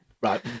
Right